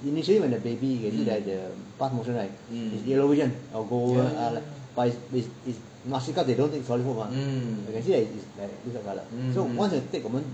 initially when the baby you can see that the pass motion right is yellowish [one] or gold uh but is is is mushy cause they don't take solid food mah you can see that it's this kind of colour so once we take 我们